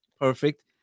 perfect